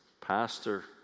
pastor